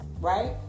right